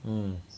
mm